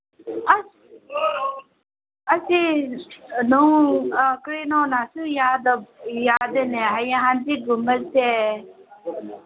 ꯑꯁ ꯑꯁꯤ ꯀꯔꯤꯅꯣꯅꯁꯨ ꯌꯥꯗꯦꯅꯦ ꯍꯌꯦꯡ ꯍꯥꯡꯆꯤꯠꯀꯨꯝꯕꯁꯦ